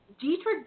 Dietrich